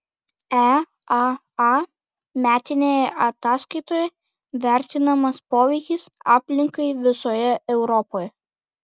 eaa metinėje ataskaitoje vertinamas poveikis aplinkai visoje europoje